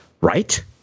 right